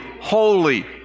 holy